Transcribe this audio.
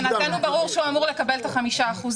מבחינתנו ברור שהוא אמור לקבל את ה-5%.